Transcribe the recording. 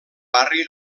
barri